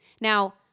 Now